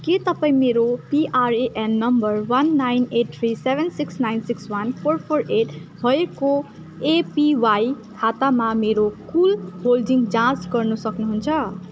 के तपाईँँ मेरो PRN number one nine eight three seven six nine six six one four four eight भएको APY खातामा मेरो कुल होल्डिङ जाँच गर्न सक्नु हुन्छ